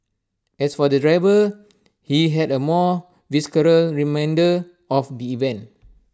as for the driver he had A more visceral reminder of the event